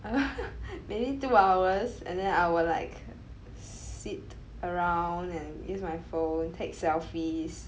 well maybe two hours and then I will like sit around and use my phone take selfies